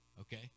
Okay